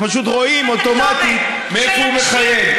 פשוט רואים אוטומטית מאיפה הוא מחייג.